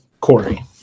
Corey